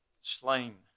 slain